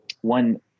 one